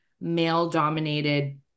male-dominated